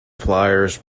flyers